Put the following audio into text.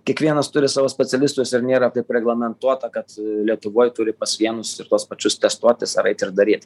kiekvienas turi savo specialistus ir nėra taip reglamentuota kad jau lietuvoj turi pas vienus ir tuos pačius testuotis ar eit ir daryt